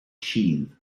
sheath